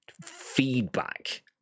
feedback